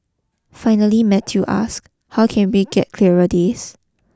finally Matthew asks how can we get clearer days